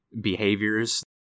behaviors